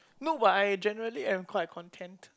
no but I generally am quite content